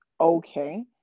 okay